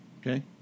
Okay